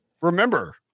remember